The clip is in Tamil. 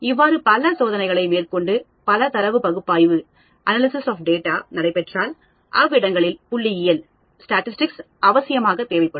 இவ்வாறு பல சோதனைகளை மேற்கொண்டு பல தரவு பகுப்பாய்வு நடைபெற்றால் அவ்விடங்களில் புள்ளியியல் அவசியமாக தேவைப்படும்